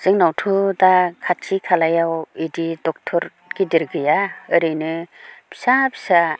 जोंनावथ' दा खाथि खालायाव बिदि दक्ट'र गिदिर गैया ओरैनो फिसा फिसा